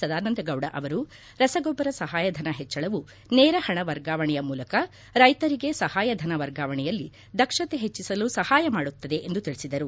ಸದಾನಂದ ಗೌಡ ಅವರು ರಸಗೊಬ್ಬರ ಸಹಾಯಧನ ಹೆಚ್ಚಳವು ನೇರ ಹಣ ವರ್ಗಾವಣೆಯ ಮೂಲಕ ರೈತರಿಗೆ ಸಹಾಯಧನ ವರ್ಗಾವಣೆಯಲ್ಲಿ ದಕ್ಷತೆ ಹೆಚ್ಚಿಸಲು ಸಹಾಯ ಮಾಡುತ್ತದೆ ಎಂದು ತಿಳಿಸಿದರು